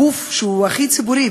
הגוף שהוא הכי ציבורי,